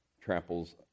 tramples